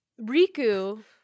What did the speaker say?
Riku